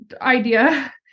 idea